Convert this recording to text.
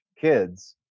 kids